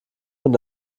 wenn